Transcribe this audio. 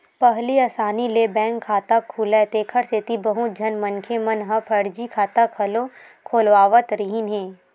पहिली असानी ले बैंक खाता खुलय तेखर सेती बहुत झन मनखे मन ह फरजी खाता घलो खोलवावत रिहिन हे